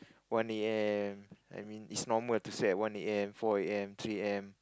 one a_m I mean it's normal to sleep at one a_m four a_m three a_m